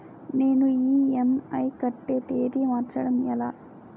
నేను ఇ.ఎం.ఐ కట్టే తేదీ మార్చడం ఎలా?